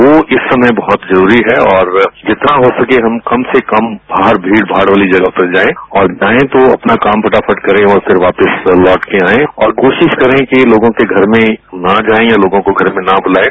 वह इस समय बहुत जरूरी है और जितना हो सके हम कम से कम बाहर भीड़ भाड़ वाली जगह पर जाएं और जाए तो अपना काम फटाफट करें और फिर वापिस लौटकर आए और कोशिश करें कि लोगों के घर में ना जाएं या लोगों को घर में न बुलाएं